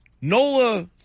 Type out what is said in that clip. Nola